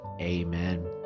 amen